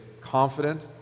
confident